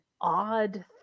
odd